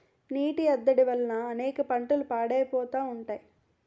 నీటి ఎద్దడి వల్ల అనేక పంటలు పాడైపోతా ఉంటాయి